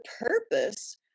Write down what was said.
purpose